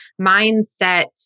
mindset